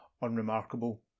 unremarkable